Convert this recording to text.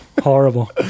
horrible